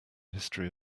history